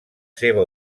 seva